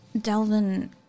Delvin